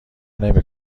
نمی